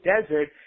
desert